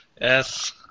Yes